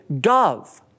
dove